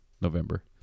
November